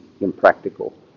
impractical